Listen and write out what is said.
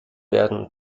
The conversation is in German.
werden